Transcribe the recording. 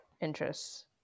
interests